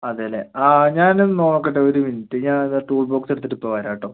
അതെയല്ലേ ആ ഞാൻ ഒന്ന് നോക്കട്ടെ ഒരു മിനിറ്റ് ഞാൻ ഇതാ ടൂൾ ബോക്സ് എടുത്തിട്ട് ഇപ്പം വരാം കേട്ടോ